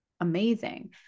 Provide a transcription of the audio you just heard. amazing